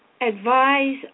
advise